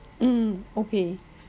mm okay